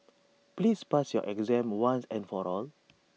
please pass your exam once and for all